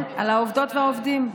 כן, על העובדות והעובדים.